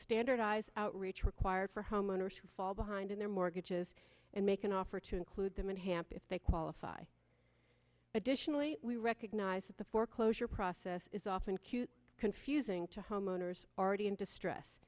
standardize outreach required for homeowners who fall behind in their mortgages and make an offer to include them in hamp if they qualify additionally we recognize that the foreclosure process is often cute confusing to homeowners already in distress